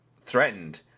threatened